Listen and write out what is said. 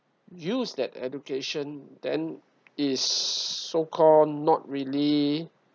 use that education then it's so called not really